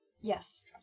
yes